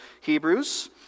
Hebrews